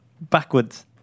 backwards